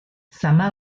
zama